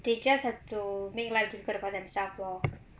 they just have to make life difficult for themselves lor